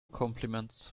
compliments